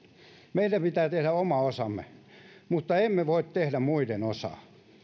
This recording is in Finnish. meidän pitää tehdä oma osamme mutta emme voi tehdä muiden osaa